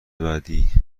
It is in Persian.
بعدی